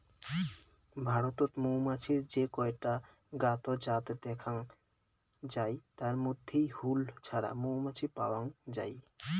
ভারতত মৌমাছির যে কয়টা জ্ঞাত জাত দ্যাখ্যাং যাই তার মইধ্যে হুল ছাড়া মৌমাছি পাওয়াং যাই